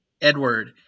Edward